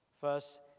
First